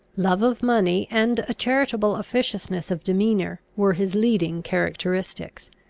love of money, and a charitable officiousness of demeanour, were his leading characteristics.